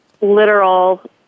literal